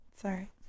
Sorry